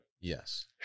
Yes